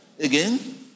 Again